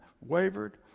wavered